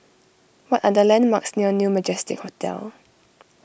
what are the landmarks near New Majestic Hotel